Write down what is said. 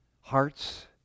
hearts